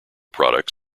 products